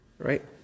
Right